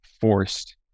forced